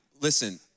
listen